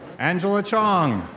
angela chong.